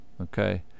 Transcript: okay